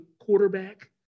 quarterback